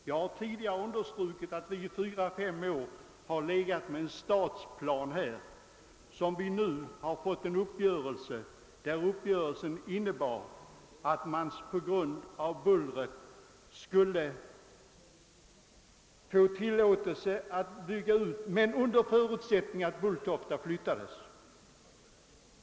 Jag har tidigare meddelat att vi i fyra, fem år har haft en stadsplan för det aktuella området, om vilken träffats en uppgörelse som innebär att man på grund av bullret skulle kunna bygga ut men endast under förutsättning att flygplatsen flyttades från Bulltofta.